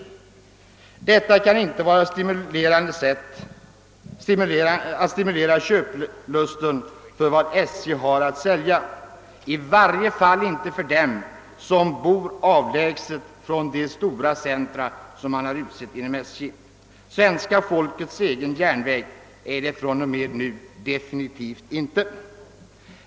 Detta kan inte vara ett bra sätt att stimulera köplusten för vad SJ har att sälja, i varje fall inte att stimulera köplusten för dem som bor avlägset från de stora centra som SJ har utsett. Svenska folkets egen järnväg är SJ från och med nu definitivt inte!